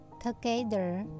Together